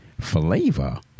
flavor